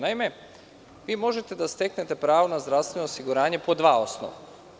Naime, vi možete da steknete pravo na zdravstveno osiguranje po dva osnova.